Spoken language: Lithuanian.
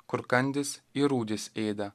kur kandys ir rūdys ėda